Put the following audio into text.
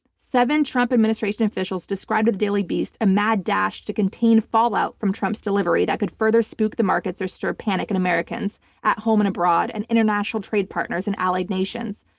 seven trump administration officials described with daily beast a mad dash to contain fallout from trump's delivery that could further spook the markets or stir panic in americans at home and abroad and international trade partners and allied nations.